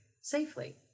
safely